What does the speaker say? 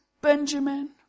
Benjamin